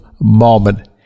moment